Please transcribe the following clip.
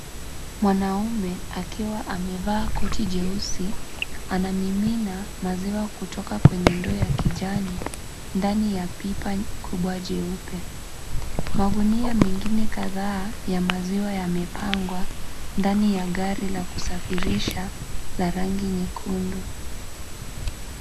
Mwanaume, akiwa amevaa koti jeusi, anamimina maziwa, kutoka kwenye ndoo ya kijani, ndani ya pipa kubwa jeupe. Magunia mengine kadhaa ya maziwa yamepangwa ndani ya gari ya kusafirisha la rangi nyekundu.